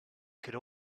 could